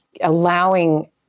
allowing